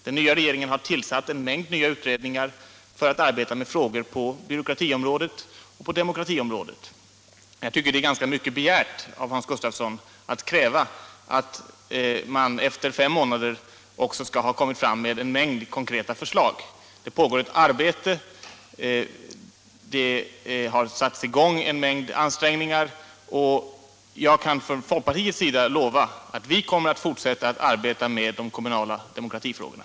Den nya regeringen har tillsatt en mängd nya utredningar för att arbeta med frågor på byråkrati och demokratiområdet. Jag tycker det är ganska mycket begärt av Hans Gustafsson att man efter fem månader också skall ha kommit fram med en mängd konkreta förslag. Vi har satt i gång, och jag kan från folkpartiets sida lova att vi kommer att fortsätta att arbeta med de kommunala demokratifrågorna.